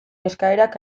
eskaerak